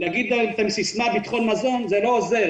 להגיד כאן סיסמה: ביטחון מזון זה לא עוזר.